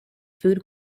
food